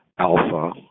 Alpha